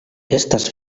estas